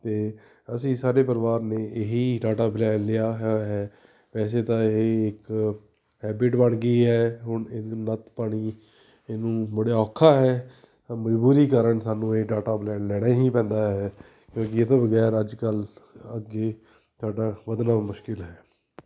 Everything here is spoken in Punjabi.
ਅਤੇ ਅਸੀਂ ਸਾਡੇ ਪਰਿਵਾਰ ਨੇ ਇਹੀ ਡਾਟਾ ਬ ਲਿਆ ਹੋਇਆ ਹੈ ਵੈਸੇ ਤਾਂ ਇਹ ਇੱਕ ਹੈਬਿਟ ਬਣ ਗਈ ਹੈ ਹੁਣ ਇਹਨੂੰ ਨੱਤ ਪਾਉਣੀ ਇਹਨੂੰ ਮੁੜਿਆ ਔਖਾ ਹੈ ਮਜ਼ਬੂਰੀ ਕਾਰਨ ਸਾਨੂੰ ਇਹ ਡਾਟਾ ਬ ਲੈਣ ਲੈਣਾ ਹੀ ਪੈਂਦਾ ਹੈ ਇਹਤੋਂ ਵਗੈਰਾ ਅੱਜ ਕੱਲ੍ਹ ਅੱਗੇ ਸਾਡਾ ਵੱਧਣਾ ਮੁਸ਼ਕਿਲ ਹੈ